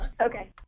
Okay